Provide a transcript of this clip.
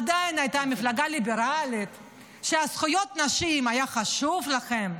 עדיין היה מפלגה ליברלית וזכויות הנשים היו חשובות לכם.